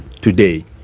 today